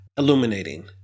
illuminating